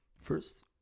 First